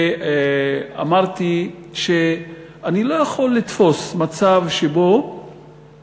ואמרתי שאני לא יכול לתפוס מצב שבו